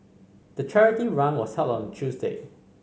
the charity run was held on a Tuesday